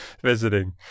visiting